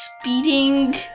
speeding